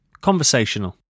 Conversational